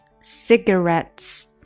cigarettes